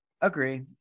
Agree